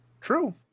True